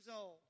old